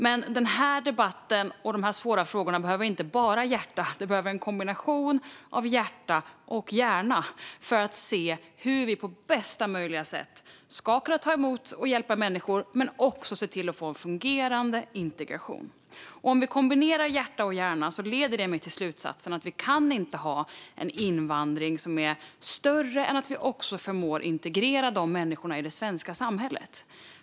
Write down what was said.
Men denna debatt och dessa frågor behöver både hjärta och hjärna för att se hur vi på bästa möjliga sätt ska kunna ta emot och hjälpa människor men också få en fungerande integration. Om vi kombinerar hjärta och hjärna leder det mig till slutsatsen att vi inte kan ha en invandring som är större än att vi förmår integrera dessa människor i det svenska samhället.